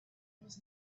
was